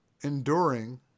enduring